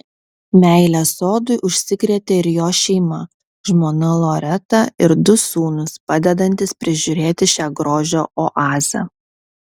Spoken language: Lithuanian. meile sodui užsikrėtė ir jo šeima žmona loreta ir du sūnūs padedantys prižiūrėti šią grožio oazę